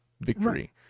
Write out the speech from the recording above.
victory